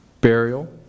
burial